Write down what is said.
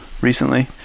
recently